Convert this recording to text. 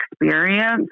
experience